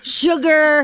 sugar